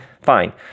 Fine